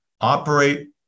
operate